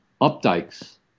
Updike's